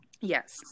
Yes